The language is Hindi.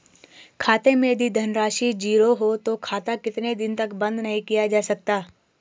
खाते मैं यदि धन राशि ज़ीरो है तो खाता कितने दिन तक बंद नहीं किया जा सकता?